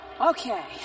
Okay